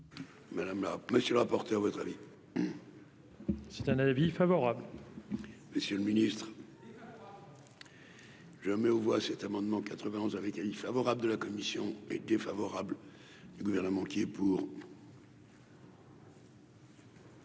Madame, monsieur, à votre avis. C'est un avis favorable. Monsieur le Ministre. Je mets aux voix cet amendement 91 avec avis favorable de la commission est défavorable du gouvernement qui est pour.